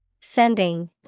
Sending